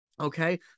Okay